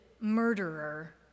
murderer